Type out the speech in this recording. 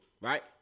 right